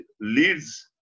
leads